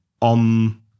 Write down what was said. on